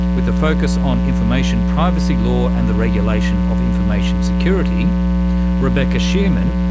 with a focus on information privacy law and the regulation of information security rebecca shearman,